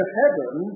heaven